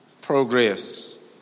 progress